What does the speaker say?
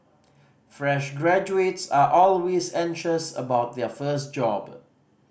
fresh graduates are always anxious about their first job